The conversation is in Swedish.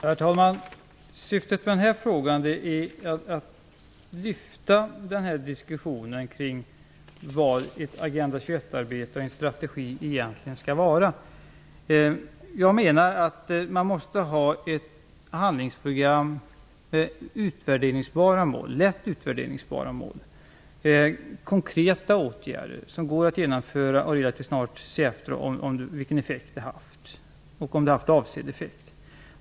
Herr talman! Syftet med denna fråga är att lyfta diskussionen om vad en strategi för Agenda 21 arbetet egentligen skall se ut. Jag menar att man måste ha ett handlingsprogram med lätt utvärderingsbara mål, konkreta åtgärder som går att genomföra och vars effekter kan studeras, så att man kan se att de haft avsedd verkan.